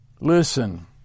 Listen